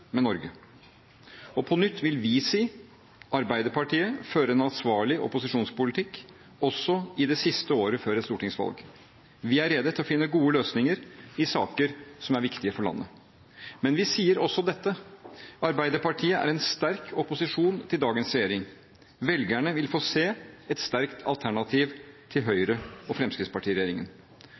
med Norge. På nytt vil vi si: Arbeiderpartiet fører en ansvarlig opposisjonspolitikk, også i det siste året før et stortingsvalg. Vi er rede til å finne gode løsninger i saker som er viktige for landet. Men vi sier også dette: Arbeiderpartiet er en sterk opposisjon til dagens regjering. Velgerne vil få se et sterkt alternativ til